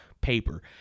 paper